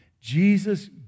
Jesus